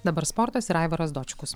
dabar sportas ir aivaras dočkus